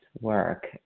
work